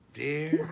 dear